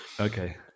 Okay